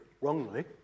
wrongly